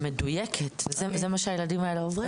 ומדויקת וזה מה שהילדים האלה עוברים.